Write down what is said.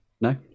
no